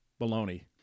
baloney